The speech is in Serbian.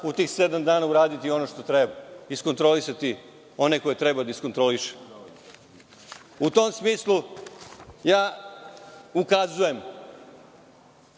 u tih sedam dana uraditi ono što treba, iskontrolisati one koje treba da iskontroliše.U tom smislu, ukazujem